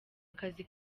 akazi